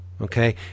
Okay